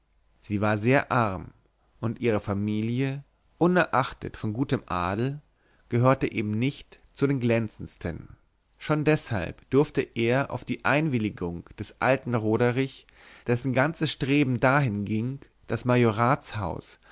sie war sehr arm und ihre familie unerachtet von gutem adel gehörte eben nicht zu den glänzendsten schon deshalb durfte er auf die einwilligung des alten roderich dessen ganzes streben dahin ging das